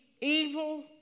evil